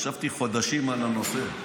ישבתי חודשים על הנושא,